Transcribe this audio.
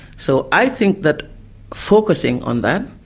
so i think that focusing on that,